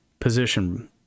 position